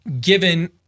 given